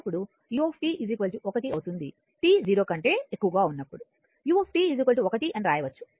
t 0 కంటే ఎక్కువగా ఉన్నప్పుడు u 1 అని రాయవచ్చు